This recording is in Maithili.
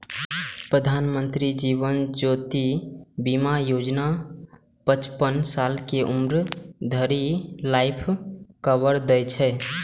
प्रधानमंत्री जीवन ज्योति बीमा योजना पचपन साल के उम्र धरि लाइफ कवर दै छै